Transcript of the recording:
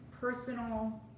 personal